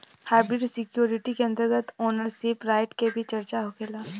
hybrid security के अंतर्गत ownership right के भी चर्चा होखेला